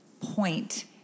point